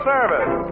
Service